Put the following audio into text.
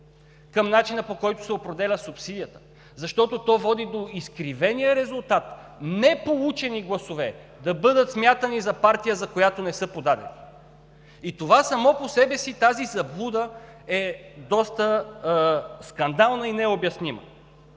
към начина, по който се определя субсидията, защото то води до изкривения резултат неполучени гласове да бъдат смятани за партия, за която не са подадени. И само по себе си тази заблуда е доста скандална и необяснима.